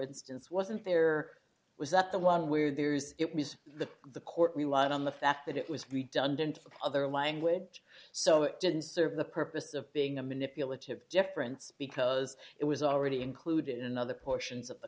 instance wasn't there was that the one where there is it was the the court relied on the fact that it was redundant for other language so it didn't serve the purpose of being a manipulative deference because it was already included in another portions of the